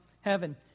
heaven